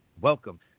Welcome